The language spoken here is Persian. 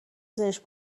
زرشک